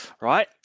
Right